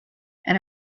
and